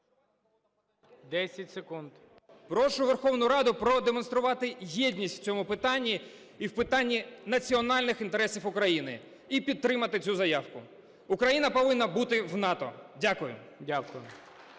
Є.В. Прошу Верховну Раду продемонструвати єдність в цьому питанні і в питанні національних інтересів України, і підтримати цю заявку. Україна повинна бути в НАТО. Дякую.